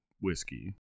whiskey